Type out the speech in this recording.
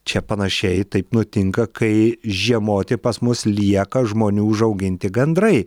čia panašiai taip nutinka kai žiemoti pas mus lieka žmonių užauginti gandrai